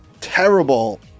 terrible